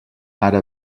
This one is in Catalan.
ara